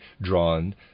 drawn